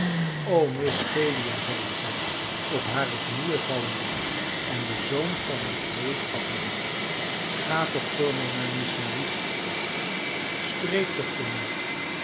o miss phelia zeide zij op hare knieën vallende en den zoom van haar kleed vattende ga toch voor mij naar miss marie spreek toch voor mij